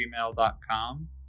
gmail.com